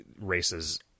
races